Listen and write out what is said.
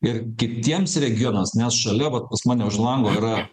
ir kitiems regionams nes šalia vat pas mane už lango yra